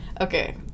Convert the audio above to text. Okay